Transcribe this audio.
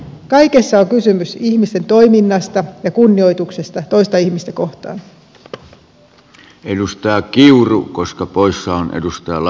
kaikessa on kysymys ihmisten toiminnasta ja kunnioituksesta toista ihmistä kohtaan